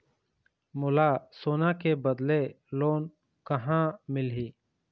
मोला सोना के बदले लोन कहां मिलही?